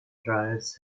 trials